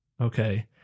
okay